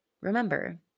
remember